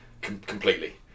completely